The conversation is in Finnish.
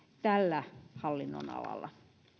tällä hallinnonalalla